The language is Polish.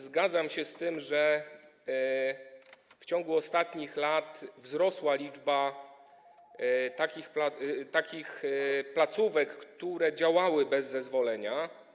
Zgadzam się z tym, że w ciągu ostatnich lat wzrosła liczba takich placówek, które działały bez zezwolenia.